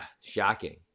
shocking